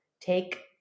take